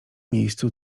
miejscu